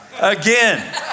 Again